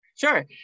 Sure